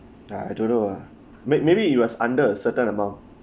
I don't know ah may maybe it was under a certain amount